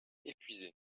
épuisés